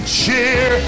cheer